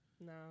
No